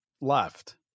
left